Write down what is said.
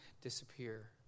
disappear